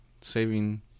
saving